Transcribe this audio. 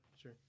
sure